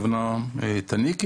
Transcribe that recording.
הכוונה היא "תניקי,